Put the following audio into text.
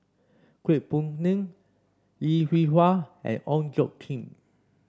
Kwek Hong Png Lim Hwee Hua and Ong Tjoe Kim